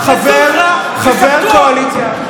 חבר קואליציה,